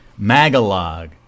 Magalog